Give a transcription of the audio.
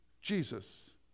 Jesus